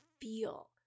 feel